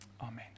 Amen